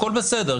הכול בסדר.